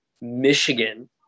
Michigan